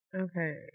Okay